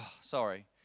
sorry